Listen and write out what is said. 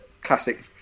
classic